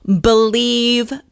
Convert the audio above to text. Believe